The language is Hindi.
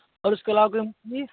और उसके अलावा कोई